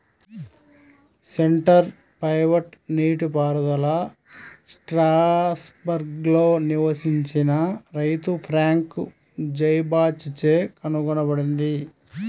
centre pivot నీటిపారుదల స్ట్రాస్బర్గ్లో నివసించిన రైతు ఫ్రాంక్ జైబాచ్ చే కనుగొనబడింది